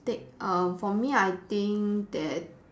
take err for me I think that